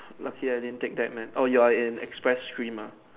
lucky I didn't take that man oh you are in express stream ah